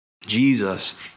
Jesus